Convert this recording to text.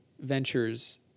ventures